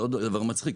יש עוד דבר מצחיק,